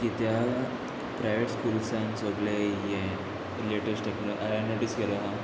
कित्याक प्रायवेट स्कुल्सान सोगले हें लेटेस्ट टॅक्नोल आय नोटीस केले आहा